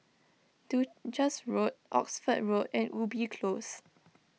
Duchess Road Oxford Road and Ubi Close